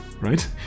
right